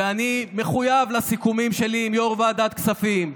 ואני מחויב לסיכומים שלי עם יו"ר ועדת כספים.